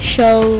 Show